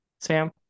Sam